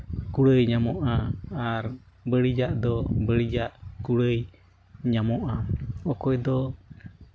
ᱠᱩᱲᱟᱹᱭ ᱧᱟᱢᱚᱜᱼᱟ ᱟᱨ ᱵᱟᱹᱲᱤᱡᱟᱜ ᱫᱚ ᱵᱟᱹᱲᱤᱡᱟᱜ ᱠᱩᱲᱟᱹᱭ ᱧᱟᱢᱚᱜᱼᱟ ᱚᱠᱚᱭ ᱫᱚ